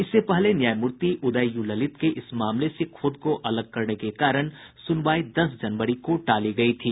इससे पहले न्यायमूर्ति उदय यू ललित के इस मामले से खुद को अलग करने के कारण सुनवाई दस जनवरी को टाली गई थी